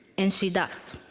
and she does.